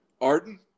Arden